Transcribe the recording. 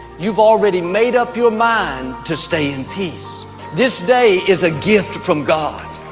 you've already made up your mind to stay in peace this day is a gift from god.